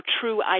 true